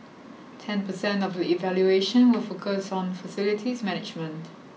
ten percent of the evaluation will focus on facilities management